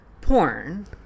porn